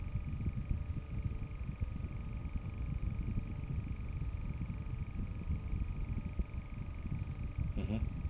mmhmm